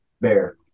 bear